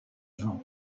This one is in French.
vin